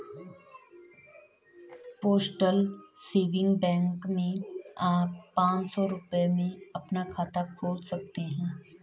postal saving bank में आप पांच सौ रूपये में अपना खाता खोल सकते हैं